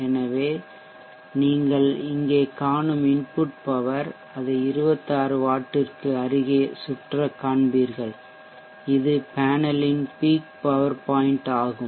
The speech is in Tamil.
எனவே நீங்கள் இங்கே காணும் இன்புட் பவர் அது 26 வாட்டிற்கு அருகே சுற்றக் காண்பீர்கள் இது பேனலின் பீக் பவர் பாய்ன்ட் ஆகும்